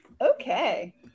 Okay